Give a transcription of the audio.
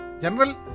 general